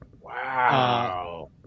Wow